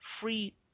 free